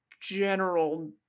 general